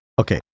Okay